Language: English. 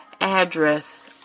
address